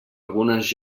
algunes